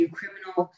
criminal